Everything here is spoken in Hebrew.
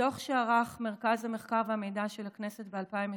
מדוח שערך מרכז המחקר והמידע של הכנסת ב-2020